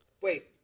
wait